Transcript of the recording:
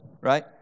right